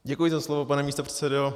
Děkuji za slovo, pane místopředsedo.